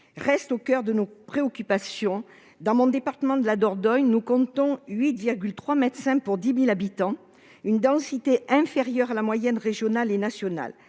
reste au coeur de nos préoccupations. Le département de la Dordogne compte 8,3 médecins pour 10 000 habitants, soit une densité inférieure à la moyenne régionale et nationale.